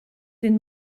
den